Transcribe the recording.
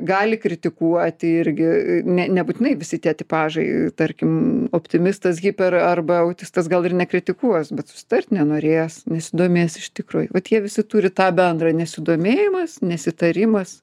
gali kritikuoti irgi ne nebūtinai visi tie tipažai tarkim optimistas hiper arba autistas gal ir nekritikuos bet susitart nenorės nesidomės iš tikrųjų vat jie visi turi tą bendrą nesidomėjimas nesitarimas